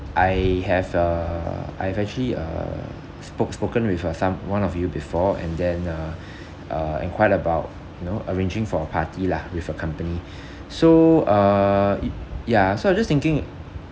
I have uh I've actually uh spoke spoken with uh some one of you before and then uh uh enquired about you know arranging for a party lah with your company so uh i~ ya so I was just thinking